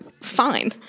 fine